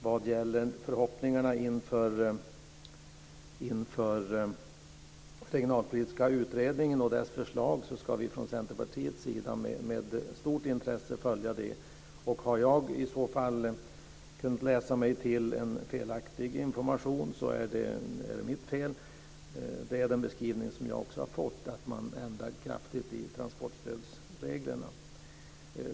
Vad gäller förhoppningarna inför den regionalpolitiska utredningen och dess förslag ska vi från Centerpartiets sida med stort intresse följa detta. Om jag har kunnat läsa mig till en felaktig information så är det mitt fel. Den beskrivning som jag har fått är att man ändrar kraftigt i transportstödsreglerna.